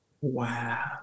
Wow